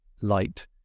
light